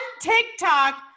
TikTok